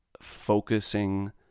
focusing